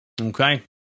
Okay